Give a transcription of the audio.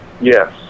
Yes